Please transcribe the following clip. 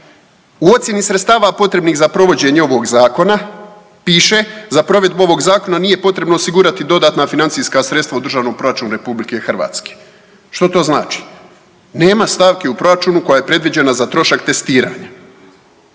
U ocjeni sredstava potrebnih za provođenje ovog zakona piše, za provedbu ovog zakona nije potrebno osigurati dodatna financijska sredstva u Državnom proračunu RH. Što to znači? Nema stavke u proračunu koja je predviđena za trošak testiranja.